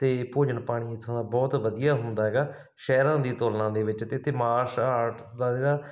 ਅਤੇ ਭੋਜਨ ਪਾਣੀ ਇੱਥੋਂ ਦਾ ਬਹੁਤ ਵਧੀਆ ਹੁੰਦਾ ਹੈਗਾ ਸ਼ਹਿਰਾਂ ਦੀ ਤੁਲਨਾ ਦੇ ਵਿੱਚ ਅਤੇ ਇੱਥੇ ਮਾਰਸ਼ਲ ਆਰਟ ਦਾ ਜਿਹੜਾ